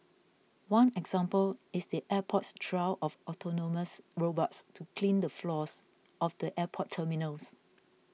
one example is the airport's trial of autonomous robots to clean the floors of the airport terminals